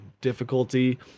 difficulty